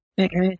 Okay